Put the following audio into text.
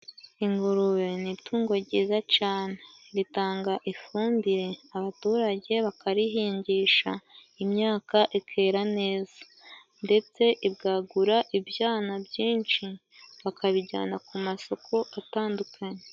Ingurube ni itungo ryiza cane ritanga ifumbire, abaturage bakarihingisha imyaka ikera neza ndetse ibwagura ibyana byinshi bakabijyana ku masoko atandukanye.